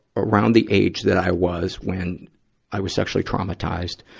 around the age that i was when i was sexually traumatized.